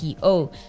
PO